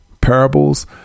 Parables